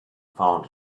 found